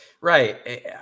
Right